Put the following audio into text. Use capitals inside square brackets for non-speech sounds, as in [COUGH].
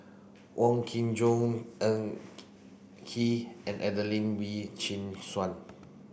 Wong Kin Jong Ng [UNINTELLIGIBLE] Kee and Adelene Wee Chin Suan